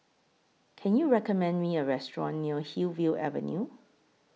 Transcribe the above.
Can YOU recommend Me A Restaurant near Hillview Avenue